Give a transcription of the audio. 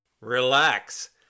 Relax